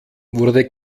wurde